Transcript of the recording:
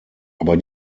aber